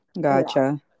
gotcha